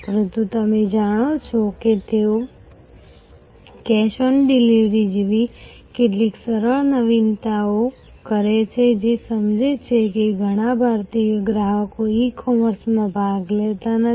પરંતુ તમે જાણો છો કે તેઓ કેશ ઓન ડિલિવરી જેવી કેટલીક સરળ નવીનતાઓ કરે છે જે સમજે છે કે ઘણા ભારતીય ગ્રાહકો ઇ કોમર્સમાં ભાગ લેતા નથી